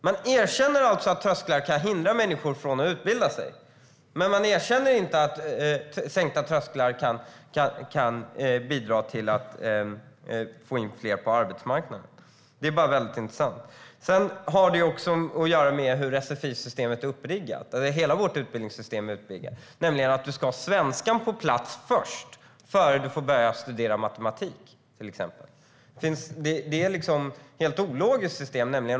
Man erkänner alltså att trösklar kan hindra människor från att utbilda sig, men man erkänner inte att sänkta trösklar kan bidra till att få in fler på arbetsmarknaden. Detta är väldigt intressant. Sedan har det också att göra med hur sfi-systemet och hela vårt utbildningssystem är uppriggat: Det gäller att man måste ha svenskan på plats först innan man får börja studera något annat, till exempel matematik. Det är ett ologiskt system.